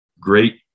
great